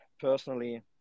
personally